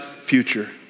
future